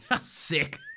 Sick